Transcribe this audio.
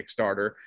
Kickstarter